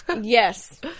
Yes